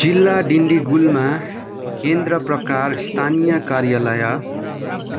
जिल्ला डिन्डिगुलमा केन्द्र प्रकार स्थानीय कार्यालय